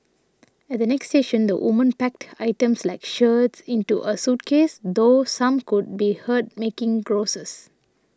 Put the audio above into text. at the next station the women packed items like shirts into a suitcase though some could be heard making grouses